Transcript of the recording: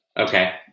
Okay